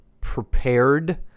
prepared